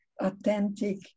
authentic